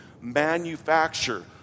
manufacture